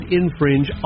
infringe